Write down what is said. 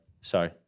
sorry